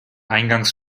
eingangs